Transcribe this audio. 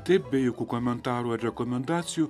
taip be jokių komentarų ar rekomendacijų